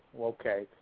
Okay